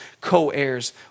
co-heirs